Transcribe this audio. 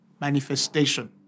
manifestation